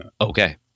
okay